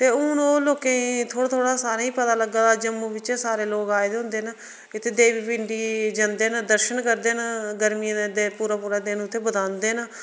ते हुन ओह् लोकें गी थोह्ड़ा थोेह्ड़ा सारें गी पता लग्गा जम्मू बिच्चें सारे लोग आए दे हुंदे न इत्थै देवी पिंडी जंदे न दर्शन करदे न गर्मियें दे पूरा पूरा दिन उत्थै बतांदे न